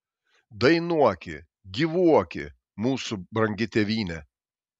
dainuoki gyvuoki mūsų brangi tėvyne